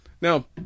now